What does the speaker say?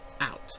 out